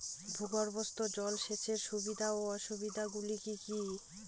ভূগর্ভস্থ জল সেচের সুবিধা ও অসুবিধা গুলি কি কি?